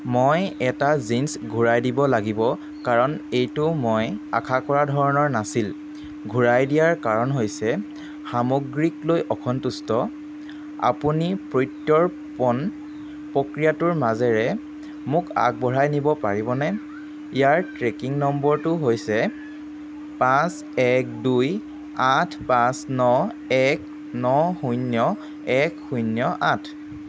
মই এটা জিন্ছ ঘূৰাই দিব লাগিব কাৰণ এইটো মই আশা কৰা ধৰণৰ নাছিল ঘূৰাই দিয়াৰ কাৰণ হৈছে সামগ্ৰীক লৈ অসন্তুষ্ট আপুনি প্ৰত্যৰ্পণ প্ৰক্ৰিয়াটোৰ মাজেৰে মোক আগবঢ়াই নিব পাৰিবনে ইয়াৰ ট্ৰেকিং নম্বৰটো হৈছে পাঁচ এক দুই আঠ পাঁচ ন এক ন শূন্য এক শূন্য আঠ